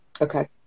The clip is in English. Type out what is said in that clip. Okay